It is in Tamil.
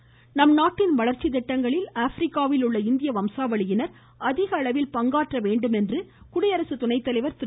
வெங்கய்ய நாயுடு நம்நாட்டின் வளர்ச்சி திட்டங்களில் ஆஃப்ரிக்காவில் உள்ள இந்திய வம்சாவளியினர் அதிகளவில் பங்காற்ற வேண்டும் என்று குடியரசுத்துணைத்தலைவர் திரு